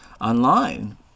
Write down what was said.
online